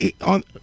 on